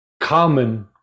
common